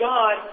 God